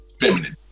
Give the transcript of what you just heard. feminine